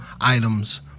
items